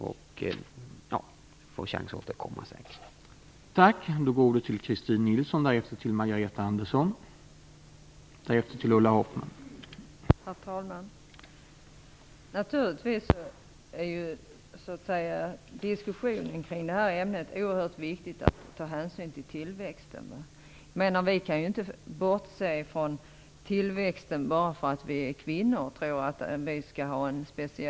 Jag får säkert chans att återkomma till detta.